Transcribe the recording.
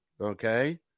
Okay